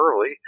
early